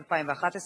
בעד, 14,